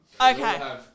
Okay